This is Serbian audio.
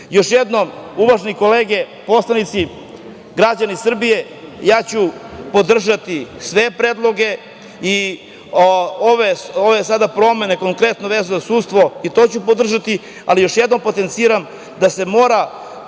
jednom, uvažene kolege poslanici, građani Srbije, ja ću podržati sve predloge i ove sada promene konkretno vezano za sudstvo i to ću podržati, ali još jednom potenciram da se mora